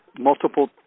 multiple